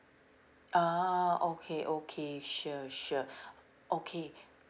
ah okay okay sure sure okay